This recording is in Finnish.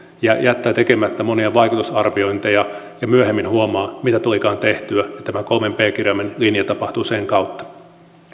ja jättää tekemättä monia vaikutusarviointeja ja myöhemmin huomaa mitä tulikaan tehtyä tämä kolmen p kirjaimen linja tapahtuu sen kautta